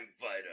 fighter